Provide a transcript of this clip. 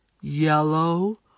yellow